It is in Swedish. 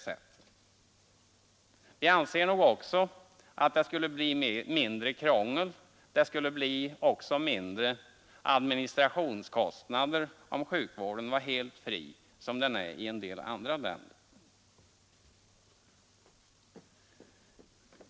Det skulle också bli mindre krångel och mindre administration om sjukvården, som i en del andra länder, vore helt fri.